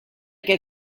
que